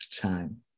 time